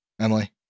Emily